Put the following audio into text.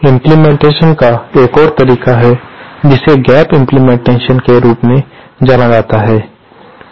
implementation का एक और तरीका है जिसे गैप इम्प्लीमेंटेशन के रूप में जाना जाता है